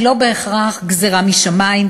היא לא בהכרח גזירה משמים,